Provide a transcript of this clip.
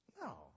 no